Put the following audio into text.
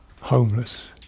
homeless